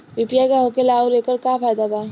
UPI का होखेला आउर एकर का फायदा बा?